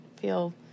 feel